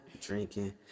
drinking